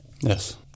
Yes